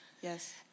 Yes